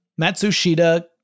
Matsushita